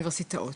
האוניברסיטאות.